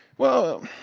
well,